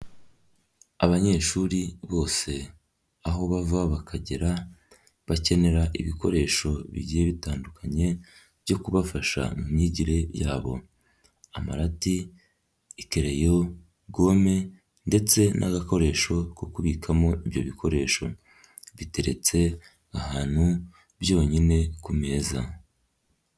Abanyeshuri bose, aho bava bakagera, bakenera ibikoresho bigiye bitandukanye, byo kubafasha mu myigire yabo. Amarati, ikereyo, gome, ndetse n'agakoresho ko kubikamo ibyo bikoresho. Biteretse ahantu byonyine ku meza.